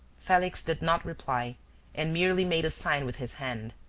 felix did not reply and merely made a sign with his hand.